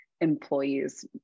employees